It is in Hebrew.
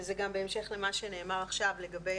וזה גם בהמשך למה שנאמר עכשיו לגבי